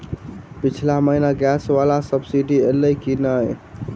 पिछला महीना गैस वला सब्सिडी ऐलई की नहि?